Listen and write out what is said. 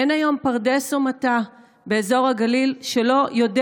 אין היום פרדס או מטע באזור הגליל שלא יודע